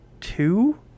two